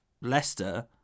Leicester